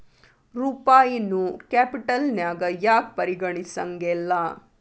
ರೂಪಾಯಿನೂ ಕ್ಯಾಪಿಟಲ್ನ್ಯಾಗ್ ಯಾಕ್ ಪರಿಗಣಿಸೆಂಗಿಲ್ಲಾ?